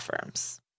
firms